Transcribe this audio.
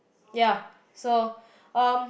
ya so um